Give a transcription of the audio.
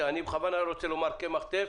אני בכוונה רוצה לומר קמח טף,